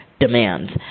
demands